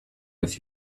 with